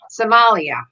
Somalia